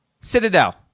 Citadel